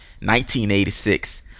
1986